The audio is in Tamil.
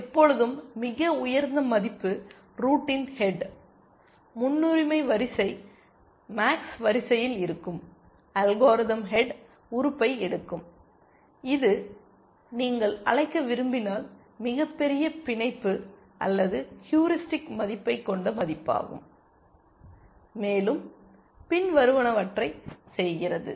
எப்பொழுதும் மிக உயர்ந்த மதிப்பு ரூட்டின் ஹெட் முன்னுரிமை வரிசை மேக்ஸ் வரிசையில் இருக்கும் அல்காரிதம் ஹெட் உறுப்பை எடுக்கும் இது நீங்கள் அழைக்க விரும்பினால் மிகப்பெரிய பிணைப்பு அல்லது ஹூரிஸ்டிக் மதிப்பைக் கொண்ட மதிப்பாகும் மேலும் பின்வருவனவற்றை செய்கிறது